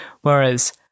whereas